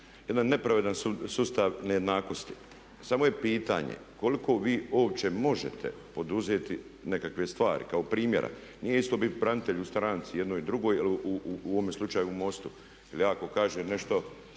jedan nepravedan sustav nejednakosti. Samo je pitanje koliko vi uopće možete poduzeti nekakve stvari. Kao primjer, nije isto biti branitelj u stranci jednoj drugoj, u ovom slučaju u MOST-u. Jer ja ako kažem nešto